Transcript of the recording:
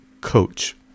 coach